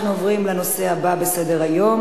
אנחנו עוברים לנושא הבא בסדר-היום,